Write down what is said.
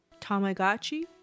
Tamagotchi